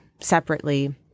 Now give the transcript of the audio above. separately